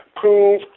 Prove